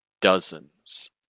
dozens